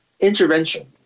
intervention